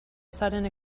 sudden